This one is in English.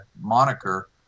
moniker